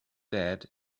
dead